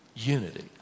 unity